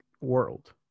world